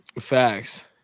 Facts